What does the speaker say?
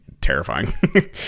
terrifying